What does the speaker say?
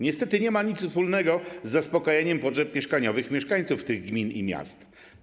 Niestety nie ma to nic wspólnego z zaspokajaniem potrzeb mieszkaniowych mieszkańców tych gmin i miast.